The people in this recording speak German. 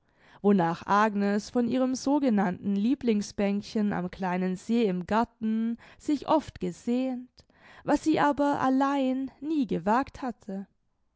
wonach agnes von ihrem sogenannten lieblingsbänkchen am kleinen see im garten sich oft gesehnt was sie aber allein nie gewagt hatte